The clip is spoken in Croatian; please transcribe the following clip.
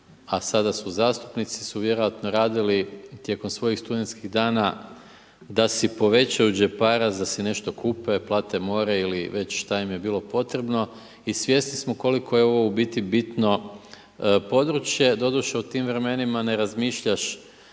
a sada su zastupnici su vjerovatno radili tijekom svojih studentskih dana, da si povećaju džeparac, da si nešto kupe, plate more ili već šta im je bilo potrebno i svjesni smo koliko je ovo u biti bitno područje. Doduše, u tim vremenima ne razmišljaš